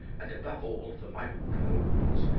and, above all, for my repose.